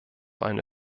eine